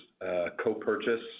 co-purchase